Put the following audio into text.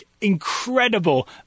incredible